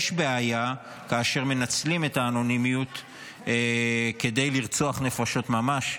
יש בעיה כאשר מנצלים את האנונימיות כדי לרצוח נפשות ממש,